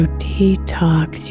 detox